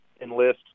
enlist